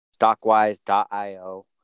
Stockwise.io